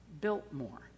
Biltmore